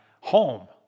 home